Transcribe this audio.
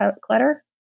clutter